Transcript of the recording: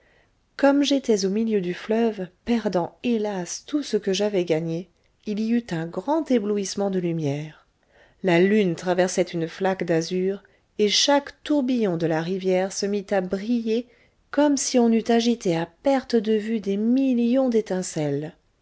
comme j'étais au milieu du fleuve perdant hélas tout ce que j'avais gagné il y eut un grand éblouissement de lumière la lune traversait une flaque d'azur et chaque tourbillon de la rivière se mit à briller comme si on eût agité à parte de vue des millions d'étincelles